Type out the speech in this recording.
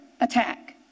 attack